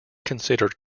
considered